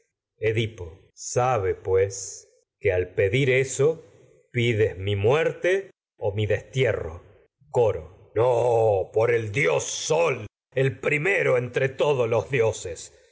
edipo sabe pues que al pedir eso pides mi muerte o mi destierro coro los no por yo el dios sol el primero entre todos y dioses